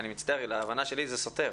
אני מצטער, להבנה שלי זה סותר.